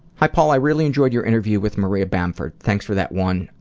hi paul, i really enjoyed your interview with maria bamford. thanks for that one.